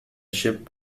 ship